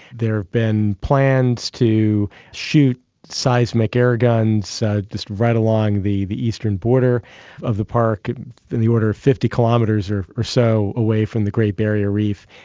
there have been plans to shoot seismic airguns just right along the the eastern border of the park in the order of fifty kilometres or or so away from the great barrier reef.